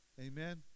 Amen